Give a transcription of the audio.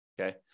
okay